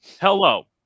hello